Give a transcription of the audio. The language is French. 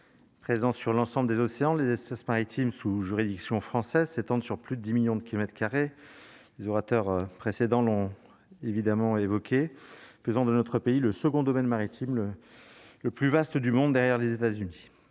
présent sur l'ensemble des océans, les espaces maritimes sous juridiction française s'étendent sur plus de 10 millions de kilomètres carrés, les orateurs précédents l'ont évidemment évoqué pesant de notre pays, le second domaine maritime le plus vaste du monde derrière les États-Unis